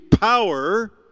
power